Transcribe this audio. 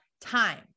time